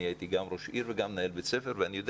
אני הייתי גם ראש עיר וגם מנהל בית ספר ואני יודע